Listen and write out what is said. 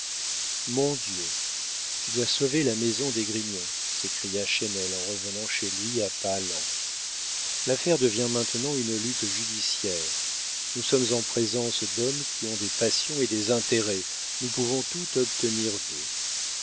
mon dieu tu dois sauver la maison d'esgrignon s'écria chesnel en revenant chez lui à pas lents l'affaire devient maintenant une lutte judiciaire nous sommes en présence d'hommes qui ont des passions et des intérêts nous pouvons tout obtenir d'eux